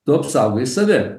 tu apsaugoji save